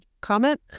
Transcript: comment